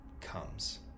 comes